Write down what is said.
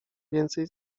więcej